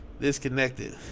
Disconnected